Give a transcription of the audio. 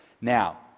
Now